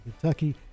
Kentucky